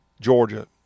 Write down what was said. Georgia